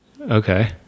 Okay